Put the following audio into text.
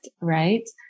right